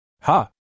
Ha